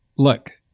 look,